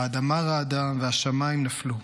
האדמה רעדה והשמים נפלו.